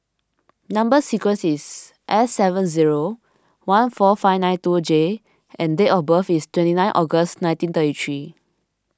Number Sequence is S seven zero one four five nine two J and date of birth is twenty nine August nineteen thirty three